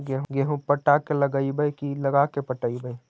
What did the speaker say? गेहूं पटा के लगइबै की लगा के पटइबै?